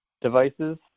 devices